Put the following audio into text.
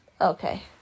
Okay